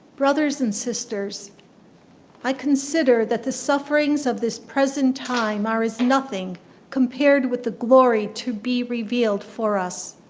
brothers and sisters i consider that the sufferings of this present time are as nothing compared with the glory to be revealed for us.